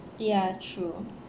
ya true